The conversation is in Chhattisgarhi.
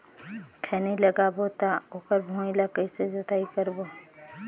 खैनी लगाबो ता ओकर भुईं ला कइसे जोताई करबो?